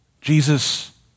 Jesus